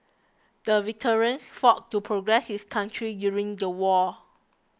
the veteran fought to protect his country during the war